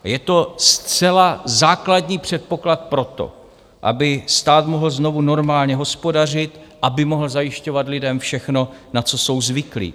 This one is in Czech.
Je to zcela základní předpoklad proto, aby stát mohl znovu normálně hospodařit, aby mohl zajišťovat lidem všechno, na co jsou zvyklí.